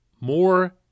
more